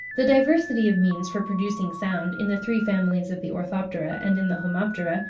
the diversity of means for producing sound in the three families of the orthoptera and in the homoptera,